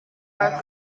our